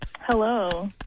Hello